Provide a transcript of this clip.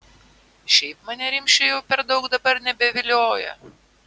šiaip mane rimšė jau per daug dabar nebevilioja